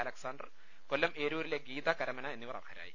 Alexander Kollam ഏരൂരിലെ ഗീത കരമന എന്നിവർ അർഹരായി